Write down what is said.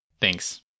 Thanks